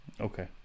Okay